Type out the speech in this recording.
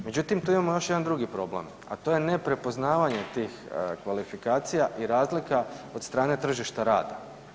Međutim, tu imamo još jedan drugi problem, a to je neprepoznavanje tih kvalifikacija i razlika od strane tržišta rada.